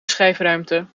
schijfruimte